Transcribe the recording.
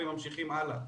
וממשיכים הלאה.